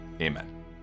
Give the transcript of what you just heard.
Amen